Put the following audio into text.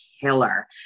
killer